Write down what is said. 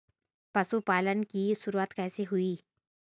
पशुपालन की शुरुआत कैसे हुई?